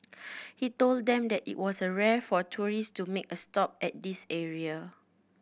he told them that it was a rare for tourist to make a stop at this area